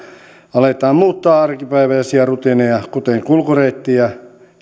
aletaan muuttaa arkipäiväisiä rutiineja kuten kulkureittejä